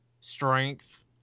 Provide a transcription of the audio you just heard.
Strength